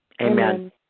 Amen